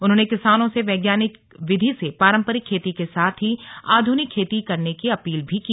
उन्होंने किसानों से वैज्ञानिक विधि से पारम्परिक खेती के साथ ही आध्रनिक खेती करने की अपील भी की